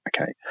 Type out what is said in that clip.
Okay